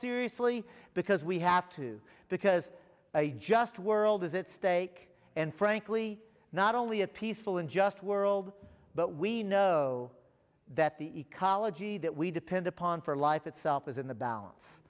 seriously because we have to because a just world is at stake and frankly not only a peaceful and just world but we know that the ecology that we depend upon for life itself is in the balance